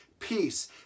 Peace